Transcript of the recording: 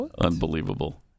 Unbelievable